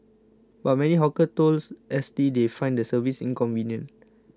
but many hawkers told S T they find the service inconvenient